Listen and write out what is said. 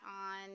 on